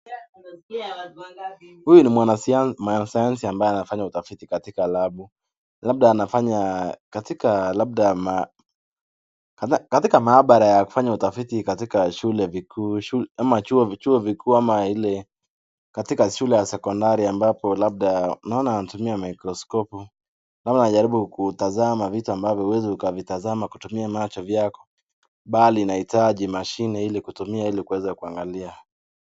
Huyu ni mwanasayansi ambaye anafanya utafiti katika labu . Labda anafanya katika labda katika maabara ya kufanya utafiti katika shule vikuu ama chuo vikuu ama ile katika shule ya sekondari ambapo labda unaona anatumia mikroskopu . Anajaribu kutazama vitu ambavyo huwezi ukavitazama kutumia macho yako bali inahitaji mashine ili kutumia ili kuweza kuangalia.